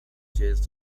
chase